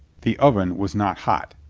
the oven was not hot,